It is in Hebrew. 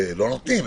לא נותנים,